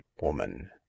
woman